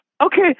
Okay